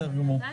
בסדר גמור.